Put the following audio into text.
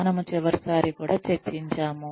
మనము చివరిసారి కూడా చర్చించాము